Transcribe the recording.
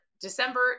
December